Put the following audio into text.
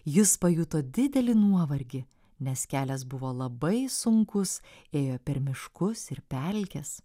jis pajuto didelį nuovargį nes kelias buvo labai sunkus ėjo per miškus ir pelkes